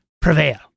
prevail